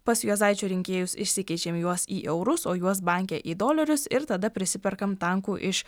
pas juozaičio rinkėjus išsikeičiam juos į eurus o juos banke į dolerius ir tada prisiperkam tankų iš